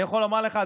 אני יכול להגיד לך,